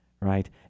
right